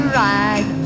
ride